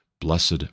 Blessed